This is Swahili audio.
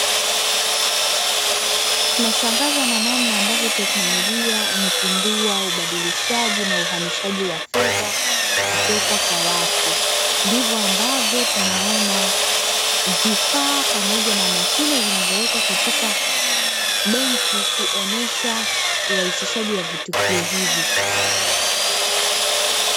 Nashangazwa na namna ambayo tekinologia imepindua ubadilishaji na uhamishaji wa fedha kutoka kwa watu, Ndivyo ambavyo tunaona vifaa pamoja na mashine zinazowekwa katika benki kuonesha urahisishaji wa vitukio hivi.